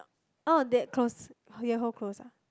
oh that close your hall close ah